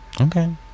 Okay